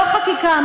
לא חקיקה,